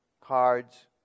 cards